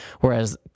Whereas